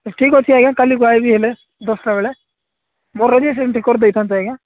ଠିକ୍ ଅଛି ଆଜ୍ଞା କାଲିକୁ ଆସିବି ହେଲେ ଦଶଟା ବେଳେ ମୋର ରେଜିଷ୍ଟ୍ରେସନ୍ ଟିକେ କରିଦେଇଥାନ୍ତେ ଆଜ୍ଞା